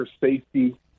safety